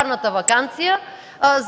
парламентарната ваканция,